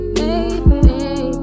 baby